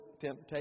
temptation